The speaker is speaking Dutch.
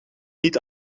niet